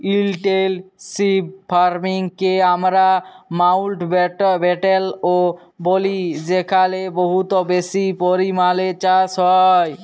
intensive farming কে আমরা মাউল্টব্যাটেল ও ব্যলি যেখালে বহুত বেশি পরিমালে চাষ হ্যয়